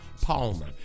Palmer